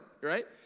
Right